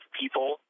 people